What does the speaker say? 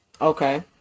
Okay